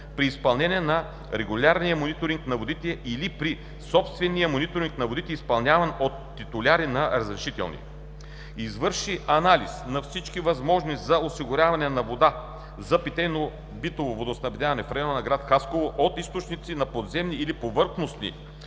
при изпълнение на регулярния мониторинг на водите или при собствения мониторинг на водите, изпълняван от титуляри на разрешителни; - извърши анализ на всички възможности за осигуряване на вода за питейно-битово водоснабдяване в района на град Хасково от други източници на подземни или повърхностни